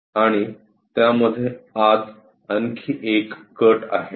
आणि त्यामध्ये आत आणखी एक कट आहे